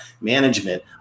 management